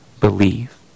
believe